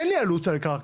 אין לי עלות על הקרקע",